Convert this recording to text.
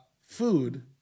food